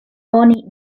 oni